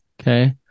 Okay